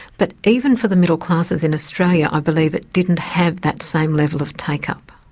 but even for the middle classes in australia, i believe it didn't have that same level of take-up.